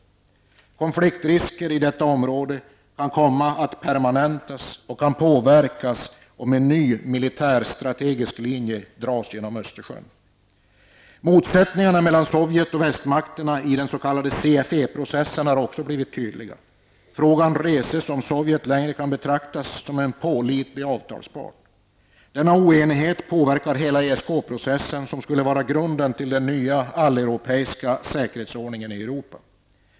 Förekomsten av konfliktrisker i detta område kan komma att permanentas. Och om en ny militärstrategisk linje dras över Östersjön, kan detta ha en påverkan. Motsättningarna mellan Sovjet och västmakterna i den s.k. CFE-processen har också blivit tydliga. Man reser frågan om huruvida Sovjet kan betraktas som en pålitlig avtalspart. Denna oenighet påverkar hela ESK-processen, som skulle utgöra grunden för den nya alleuropeiska säkerhetsordningen i Europa.